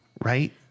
Right